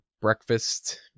breakfast